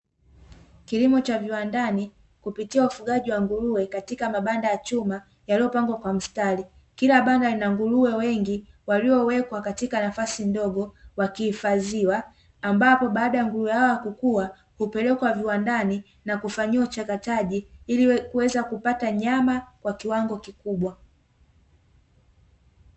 Kilimo cha viwandani kupitia ufugaji wa nguruwe katika mabanda ya chuma yaliyopangwa kwa mstari. Kila banda lina nguruwe wengi waliowekwa katika nafasi ndogo wakihifadhiwa, ambapo baada ya nguruwe hao kukua, hupelekwa viwandani na kufanyiwa uchakataji ili kuweza kupata nyama kwa kiwango kikubwa.